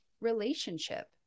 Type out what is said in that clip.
relationship